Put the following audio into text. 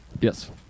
Yes